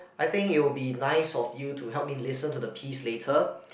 I think it will be nice of you to help me listen to the piece later